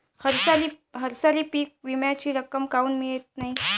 हरसाली पीक विम्याची रक्कम काऊन मियत नाई?